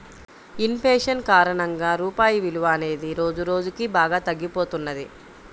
in fashion కారణంగా రూపాయి విలువ అనేది రోజురోజుకీ బాగా తగ్గిపోతున్నది